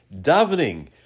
davening